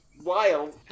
wild